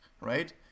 right